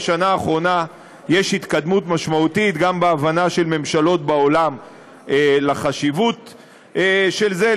בשנה האחרונה יש התקדמות משמעותית בהבנה של ממשלות בעולם לחשיבות של זה.